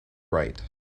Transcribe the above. write